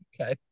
Okay